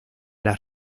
las